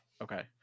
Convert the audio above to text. Okay